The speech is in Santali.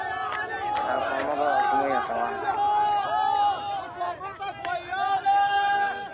ᱟᱨ ᱥᱚᱨᱱᱚ ᱫᱚ ᱥᱚᱢᱚᱭᱮ ᱦᱟᱛᱟᱣᱟ